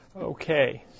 okay